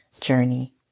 journey